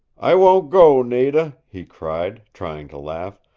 i won't go, nada, he cried, trying to laugh.